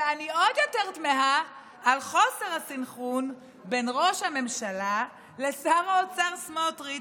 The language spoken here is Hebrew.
ואני עוד יותר תמהה על חוסר הסנכרון בין ראש הממשלה לשר האוצר סמוטריץ',